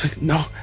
No